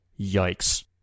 Yikes